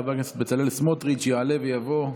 חבר הכנסת בצלאל סמוטריץ' יעלה ויבוא.